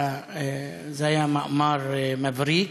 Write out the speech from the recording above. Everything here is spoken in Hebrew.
זה היה מאמר מבריק,